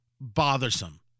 bothersome